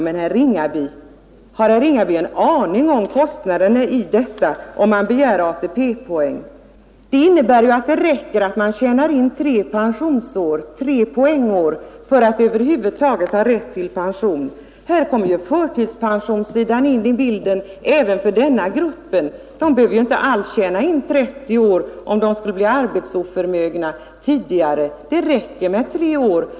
Men har herr Ringaby en aning om kostnaderna om man begär ATP-poäng. Det räcker ju då att man tjänar in tre pensionsår, tre poängår, för att över huvud taget ha rätt till ATP-pension. Frågan om förtidspension kommer in i bilden även för den gruppen. Man behöver inte alls tjäna in 30 år om man skulle bli arbetsoförmögen tidigare, det räcker med tre år.